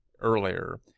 earlier